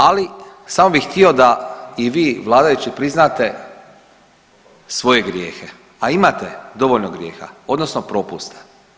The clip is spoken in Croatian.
Ali, samo bih htio da i vi vladajući priznate svoje grijehe, a imate dovoljno grijeha, odnosno propusta.